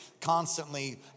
constantly